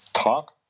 Talk